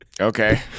Okay